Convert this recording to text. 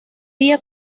día